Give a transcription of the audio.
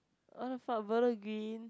what the fuck Bedok green